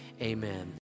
amen